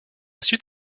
suite